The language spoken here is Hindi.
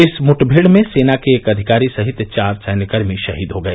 इस मुठभेड़ में सेना के एक अधिकारी सहित चार सैन्यकर्मी शहीद हो गए